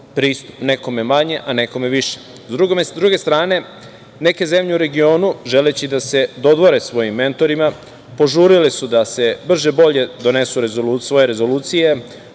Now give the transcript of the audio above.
nekome manje, a nekom više.S druge strane, neke zemlje u regionu, želeći da se dodvore svojim mentorima, požurile su da brže bolje donesu svoje rezolucije